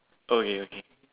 okay okay